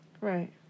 Right